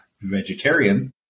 vegetarian